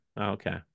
okay